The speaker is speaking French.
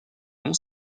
non